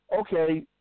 okay